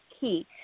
key